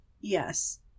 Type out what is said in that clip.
yes